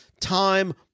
time